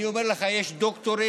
אני אומר לך שיש דוקטורים,